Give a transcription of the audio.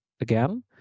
again